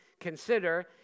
consider